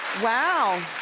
wow.